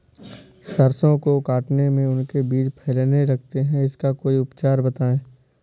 सरसो को काटने में उनके बीज फैलने लगते हैं इसका कोई उपचार बताएं?